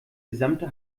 gesamte